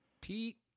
Pete